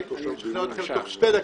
אני משכנע אתכם תוך שתי דקות.